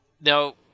Now